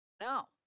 No